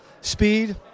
Speed